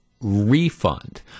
refund